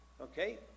okay